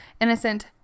innocent